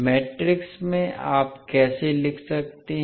matrix में आप कैसे लिख सकते हैं